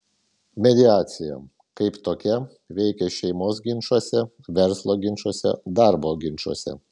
mediacija kaip tokia veikia šeimos ginčuose verslo ginčuose darbo ginčuose